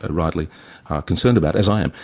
ah rightly, are concerned about, as i am.